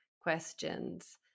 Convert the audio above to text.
questions